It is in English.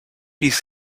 his